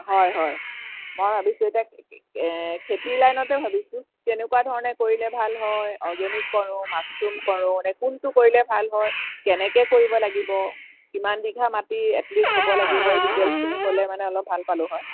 হয় হয় মই ভাবিছোঁ এতিয়া এ খেতি লাইনতে ভাবিছোঁ কেনেকুৱা ধৰণে কৰিলে ভাল হয় অৰ্গেনিক কৰোঁ মাছৰুম কৰোঁনে কোনটো কৰিলে ভাল হয় কেনেকৈ কৰিব লাগিব কিমান বিঘা মাটি এটলিষ্ট হ'ব লাগিব এই ডিটেইলছখিনি ক'লে মানে অলপ ভাল পালোঁ হয়